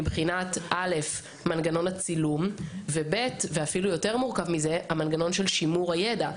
הן מבחינת מנגנון הצילום והן מבחינת המנגנון של שימור הידע,